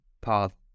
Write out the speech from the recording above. path